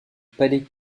palais